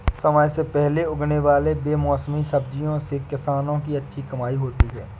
समय से पहले उगने वाले बेमौसमी सब्जियों से किसानों की अच्छी कमाई होती है